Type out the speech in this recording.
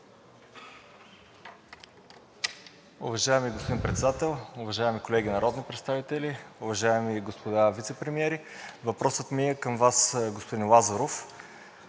Уважаеми господин Председател, уважаеми колеги народни представители, уважаеми господа вицепремиери! Въпросът ми е към Вас, господин Лазаров.